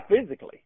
physically